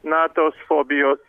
na tos fobijos